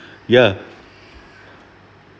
ya